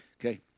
Okay